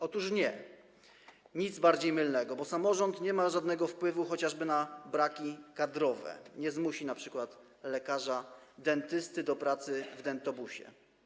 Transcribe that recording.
Otóż nie, nic bardziej mylnego, bo samorząd nie ma żadnego wpływu chociażby na braki kadrowe, nie zmusi np. lekarza dentysty do pracy w dentobusie.